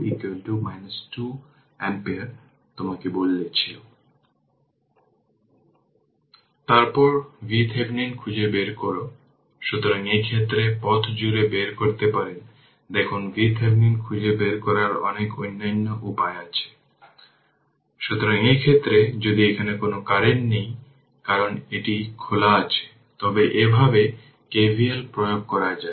unit step ফাংশনটি এভাবে express করা যেতে পারে যে আমরা লিখতে পারি যদি i 3 0 তাহলে u t i 3 0 t i 3 এর জন্য এবং এটি 1 t i 3 এবং t i 3 এ এটা অনির্ধারিত